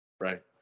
right